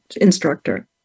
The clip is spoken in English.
instructor